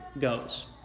goes